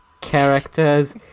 characters